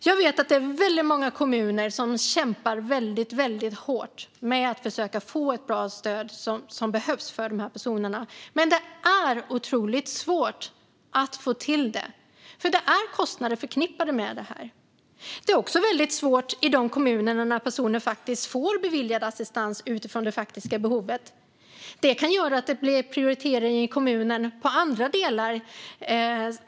Jag vet att väldigt många kommuner kämpar hårt med att försöka få till ett så bra stöd som de här personerna behöver. Men det är otroligt svårt, för det är kostnader förknippade med det här. Det är också väldigt svårt i de kommuner där personer faktiskt får beviljad assistans utifrån det faktiska behovet. Det kan göra att det blir prioriteringar i kommunen på andra delar.